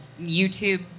YouTube